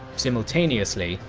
simultaneously,